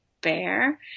bear